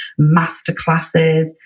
masterclasses